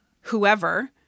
whoever